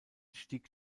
stieg